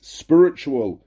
spiritual